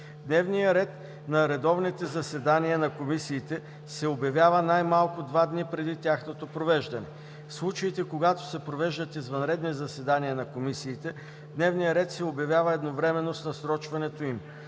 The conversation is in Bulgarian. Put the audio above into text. Дневният ред за редовните заседания на комисиите се обявява най-малко два дни преди тяхното провеждане. В случаите, когато се провеждат извънредни заседания на комисиите, дневният ред се обявява едновременно с насрочването им.